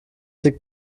liegt